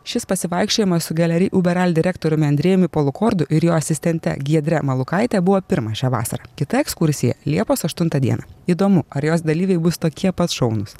šis pasivaikščiojimas su gelery uberal direktoriumi andrėjumi polukordu ir jo asistente giedre malūkaite buvo pirmas šią vasarą kita ekskursija liepos aštuntą dieną įdomu ar jos dalyviai bus tokie pat šaunūs